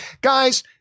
Guys